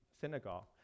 synagogue